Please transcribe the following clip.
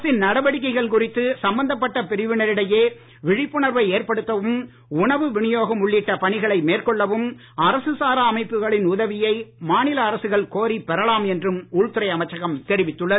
அரசின் நடவடிக்கைகள் குறித்து சம்பந்தப்பட்ட பிரிவினரிடையே விழிப்புணர்வை ஏற்படுத்தவும் உணவு வினியோகம் உள்ளிட்ட பணிகளை மேற்கொள்ளவும் அரசுசாரா அமைப்புகளின் உதவியை மாநில அரசுகள் கோரிப் பெறலாம் என்றும் உள்துறை அமைச்சகம் தெரிவித்துள்ளது